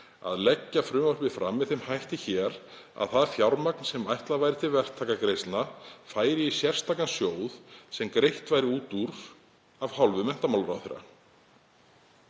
að leggja frumvarpið fram með þeim hætti hér að það fjármagn sem ætlað væri til verktakagreiðslna færi í sérstakan sjóð sem greitt væri út úr af hálfu menntamálaráðherra.